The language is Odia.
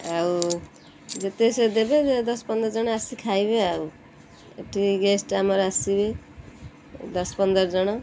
ଆଉ ଯେତେ ସେ ଦେବେ ଦଶ ପନ୍ଦର ଜଣ ଆସି ଖାଇବେ ଆଉ ଏଠି ଗେଷ୍ଟ ଆମର ଆସିବେ ଦଶ ପନ୍ଦର ଜଣ